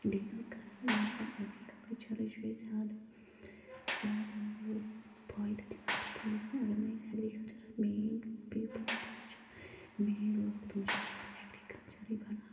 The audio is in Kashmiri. ڈیٖل کَران مطلب ایٚگرِکَلچَرٕے چھُ ییٚتہِ زیادٕ زیادٕ رُت فٲیدٕ دِوان تِکیٛازِ اَگَر نہٕ أسۍ ایٚگرِکَلچَرَس مین پیٖپٕل یِم زَن چھِ مین لوٗکھ تِم چھِ زیادٕ ایٚگرِکَلچَرٕے بَناوان